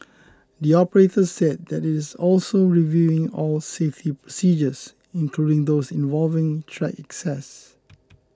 the operator said it is also reviewing all safety procedures including those involving track access